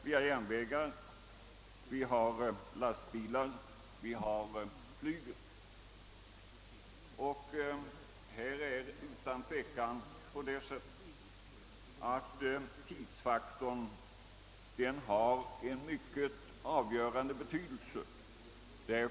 Vi har järnvägar, lastbilar och flyg. Tidsfaktorn har därvidlag utan tvivel en avgörande betydelse.